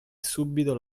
subito